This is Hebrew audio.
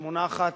שמונחת